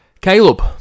Caleb